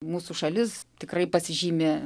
mūsų šalis tikrai pasižymi